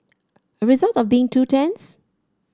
a result of being two tents